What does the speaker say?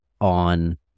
on